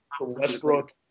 Westbrook